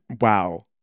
Wow